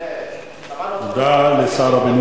אדוני השר,